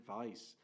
advice